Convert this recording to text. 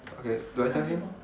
okay do I tell him